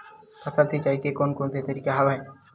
फसल सिंचाई के कोन कोन से तरीका हवय?